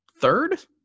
third